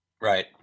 Right